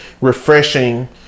refreshing